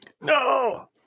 No